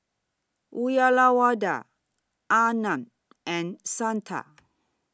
Uyyalawada Arnab and Santha